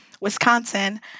Wisconsin